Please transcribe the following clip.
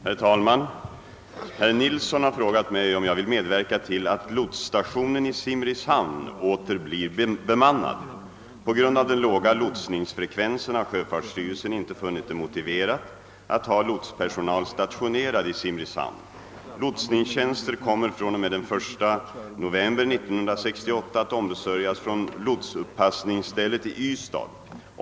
Herr talman! Herr Nilsson i Bästekille har frågat mig om jag vill medverka till att lotsstationen i Simrishamn åter blir bemannad. På grund av den låga lotsningsfrekvensen har sjöfartsstyrelsen inte funnit det motiverat att ha lotspersonal stafionerad i Simrishamn. Lotsningstjänster kommer från och med den 1 november 1968 att ombesörjas från lotsupppassningsstället i Ystad.